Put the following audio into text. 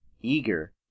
eager